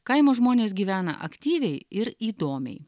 kaimo žmonės gyvena aktyviai ir įdomiai